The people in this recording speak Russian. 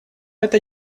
это